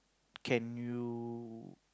can you